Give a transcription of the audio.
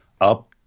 Up